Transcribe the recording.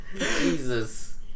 Jesus